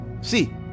See